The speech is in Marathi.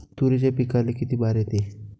तुरीच्या पिकाले किती बार येते?